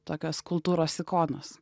tokios kultūros ikonos